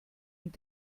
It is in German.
und